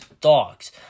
Dogs